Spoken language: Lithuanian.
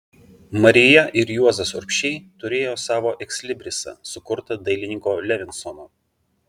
marija ir juozas urbšiai turėjo savo ekslibrisą sukurtą dailininko levinsono